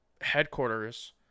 Headquarters